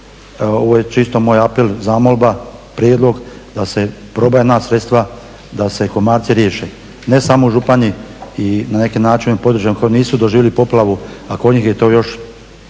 Ovo je čisto moj apel, zamolba, prijedlog da se probaju naći sredstva da se komarci riješe, ne samo u Županji, i na neki način na područjima koja nisu doživjeli poplavu, a kod njih je to još